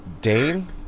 Dane